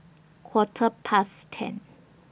Quarter Past ten